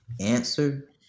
answer